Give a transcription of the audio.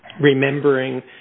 remembering